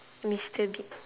mister bi~